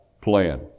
plan